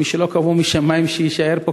מי שלא קבעו משמים שיישאר פה,